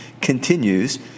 continues